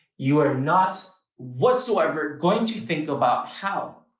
you are not whatsoever going to think about how.